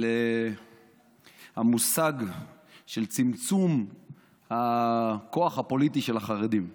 על המושג של צמצום הכוח הפוליטי של החרדים.